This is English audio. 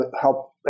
help